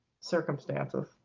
circumstances